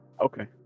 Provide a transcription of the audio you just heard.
Okay